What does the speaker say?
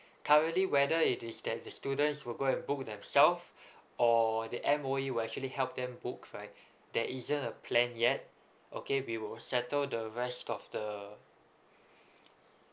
currently whether it is that the students will go and book themselves or the M_O_E will actually help them books right there isn't a plan yet okay we will settle the rest of the